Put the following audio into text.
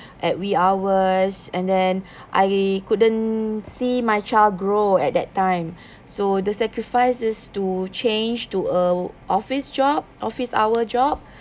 at wee hours and then I couldn't see my child grow at that time so the sacrifice is to change to a office job office hour job